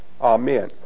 Amen